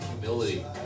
humility